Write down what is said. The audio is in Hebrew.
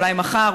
אולי מחר,